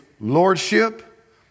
lordship